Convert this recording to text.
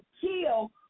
kill